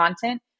content